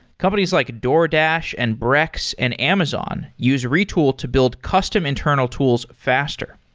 companies like a doordash, and brex, and amazon use retool to build custom internal tools faster.